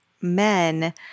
men